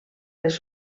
les